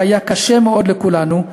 שהיה קשה מאוד לכולנו,